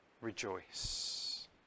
rejoice